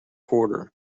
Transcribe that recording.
quarter